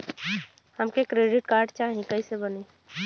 हमके credit card चाही कैसे बनी?